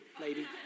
lady